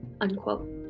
unquote